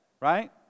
right